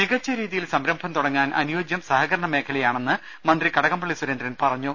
മികച്ച രീതിയിൽ സംരംഭം തുടങ്ങാൻ അനുയോജ്യം സഹകരണമേഖലയാണെന്ന് മന്ത്രി കടകംപള്ളി സുരേന്ദ്രൻ പറഞ്ഞു